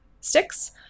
sticks